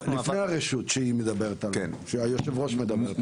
לפני הרשות שיושבת הראש מדברת עליה.